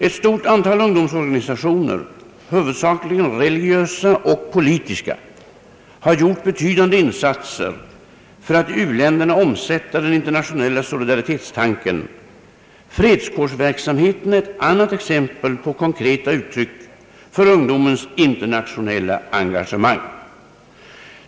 Ett stort antal ungdomsorganisationer, huvudsakligen religiösa och politiska, har gjort betydande insatser för att i u-länderna omsätta den internationella solidaritetstanken. Fredskårsverksamheten är ett annat exempel på konkreta uttryck för ungdomens internationella engagemang.